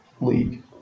league